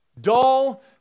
Dull